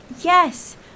Yes